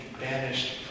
banished